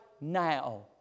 now